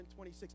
26